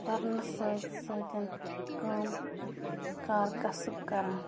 پَرنَس سۭتۍ سۭتۍ کٲم کار کَسٕب کَران